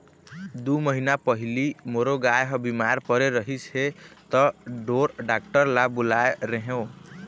दू महीना पहिली मोरो गाय ह बिमार परे रहिस हे त ढोर डॉक्टर ल बुलाए रेहेंव